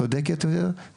וצודקת יותר,